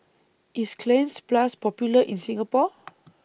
IS Cleanz Plus Popular in Singapore